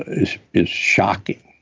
is is shocking